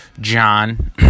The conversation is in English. John